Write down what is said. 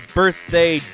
birthday